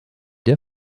der